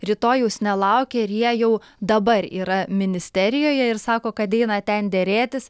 rytojaus nelaukia ir jie jau dabar yra ministerijoje ir sako kad eina ten derėtis